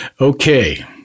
okay